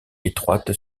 étroite